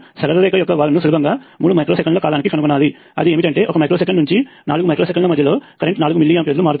సరళ రేఖ యొక్క వాలును సులభంగా 3 మైక్రో సెకనుల కాలానికి కనుగొనాలి అది ఏమిటంటే 1 మైక్రో సెకను నుంచి 4 మైక్రో సెకన్ల మధ్యలో కరెంట్ 4 మిల్లి ఆంపియర్లు మారుతుంది